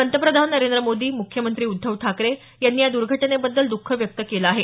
पंतप्रधान नरेंद्र मोदी मुख्यमंत्री उद्धव ठाकरे यांनी या दुर्घटनेबद्दल दुःख व्यक्त केलं आहे